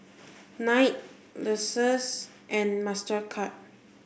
Knight Lexus and Mastercard